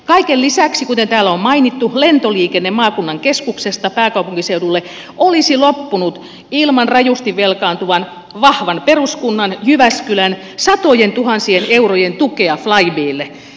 kaiken lisäksi kuten täällä on mainittu lentoliikenne maakunnan keskuksesta pääkaupunkiseudulle olisi loppunut ilman rajusti velkaantuvan vahvan peruskunnan jyväskylän satojentuhansien eurojen tukea flybelle